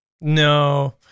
No